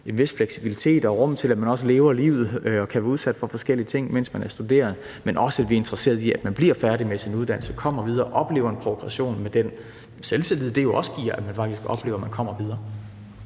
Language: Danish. rum og fleksibilitet til, at man også lever livet og kan blive udsat for forskellige ting, mens man er studerende, og at man – det er vi også interesserede i – bliver færdig med sin uddannelse, kommer videre og oplever en progression med den selvtillid, det jo også giver, at man faktisk oplever, at man kommer videre.